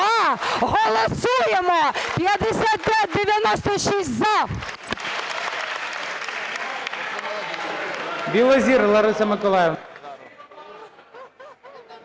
Голосуємо, 5596 "за"!